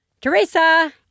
Teresa